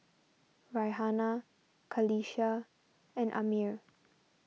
Raihana Qalisha and Ammir